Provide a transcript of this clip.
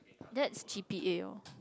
that's G_P_A (or)